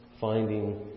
finding